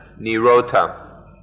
nirota